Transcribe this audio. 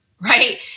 right